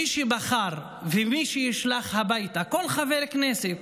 מי שבחר ומי שישלח הביתה כל חבר כנסת,